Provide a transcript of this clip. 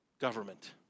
government